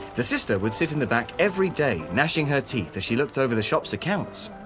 the sister would sit in the back every day, gnashing her teeth as she looked over the shop's accounts.